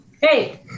Hey